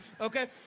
Okay